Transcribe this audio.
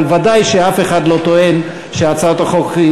אבל ודאי שאף אחד לא טוען שהצעת החוק היא